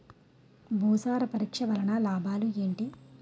భూసార పరీక్ష వలన లాభాలు ఏంటి?